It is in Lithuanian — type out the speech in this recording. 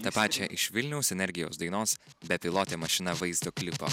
tą pačią iš vilniaus energijos dainos bepilotė mašina vaizdo klipo